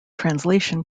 translation